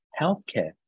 healthcare